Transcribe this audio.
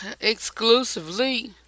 exclusively